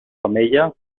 femella